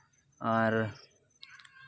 ᱟᱨ